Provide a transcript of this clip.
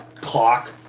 clock